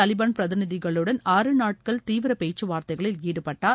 தாலிபான் பிரதிநிதிகளுடன் ஆறு நாட்கள் தீவிர பேச்சுவார்தைகளில் ஈடுபட்டார்